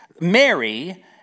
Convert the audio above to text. Mary